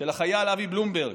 של החייל אבי בלומברג,